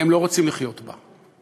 הם לא רוצים לחיות בה.